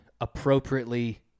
appropriately